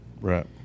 Right